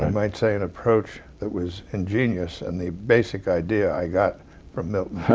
might say an approach that was ingenious and the basic idea i got from milton